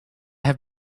have